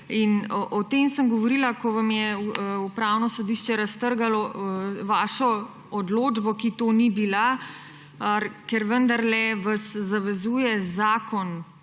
O tem sem govorila, ko vam je Upravno sodišče raztrgalo vašo odločbo, ki to ni bila. Ker vendarle vas zavezuje zakon